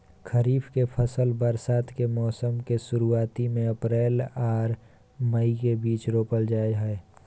खरीफ के फसल बरसात के मौसम के शुरुआती में अप्रैल आर मई के बीच रोपल जाय हय